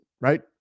right